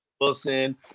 Wilson